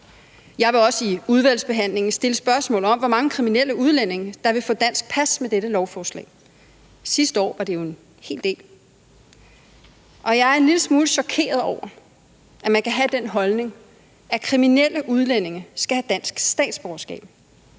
Jeg vil også i udvalgsbehandlingen stille spørgsmål om, hvor mange kriminelle udlændinge der vil få dansk pas med dette lovforslag. Sidste år var det jo en hel del. Og jeg er en lille smule chokeret over, at man kan have den holdning, at kriminelle udlændinge skal have dansk statsborgerskab.